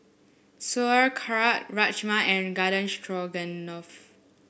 Sauerkraut Rajma and Garden Stroganoff